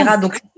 Donc